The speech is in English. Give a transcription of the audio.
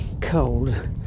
cold